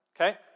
okay